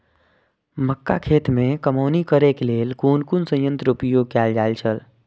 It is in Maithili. मक्का खेत में कमौनी करेय केय लेल कुन संयंत्र उपयोग कैल जाए छल?